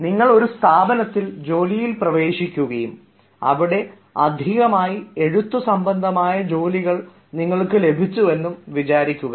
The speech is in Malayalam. നിങ്ങൾ ഒരു സ്ഥാപനത്തിൽ ജോലിയിൽ പ്രവേശിക്കുകയും അവിടെ അധികമായി എഴുത്തു സംബന്ധമായ ജോലികൾ നിങ്ങൾക്ക് ലഭിച്ചു എന്ന് വിചാരിക്കുക